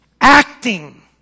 acting